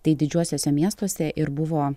tai didžiuosiuose miestuose ir buvo